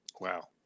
wow